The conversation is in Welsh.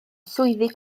swyddi